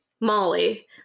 Molly